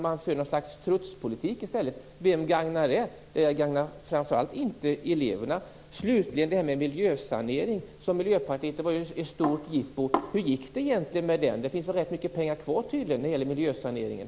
Man för något slags strutspolitik, och vem gagnar det? Det gagnar framför allt inte eleverna. Slutligen var det frågan om miljösanering. Det var ett stort jippo för Miljöpartiet. Hur gick det med den saneringen? Det finns tydligen rätt mycket pengar kvar för miljösaneringen.